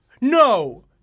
No